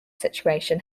situation